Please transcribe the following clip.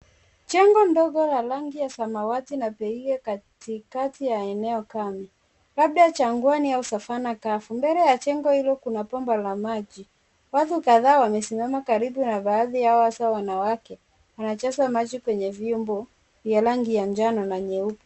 Jengo ndogo la rangi ya samawati na nyeupe katikati ya eneo kame, labda jangwani au savannah kavu, mbele ya jengo hilo kuna bomba la maji watu kadhaa wamesimama karibu na baadhi yao hasa wanawake wanajaza maji kwenye vyombo vya rangi ya njano na nyeupe.